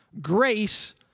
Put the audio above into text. Grace